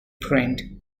print